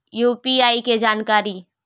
UPI के जानकारी?